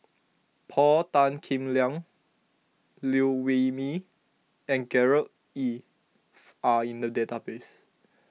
Paul Tan Kim Liang Liew Wee Mee and Gerard Ee are in the database